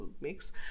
mix